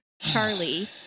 Charlie